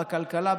בכלכלה,